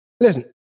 listen